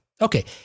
Okay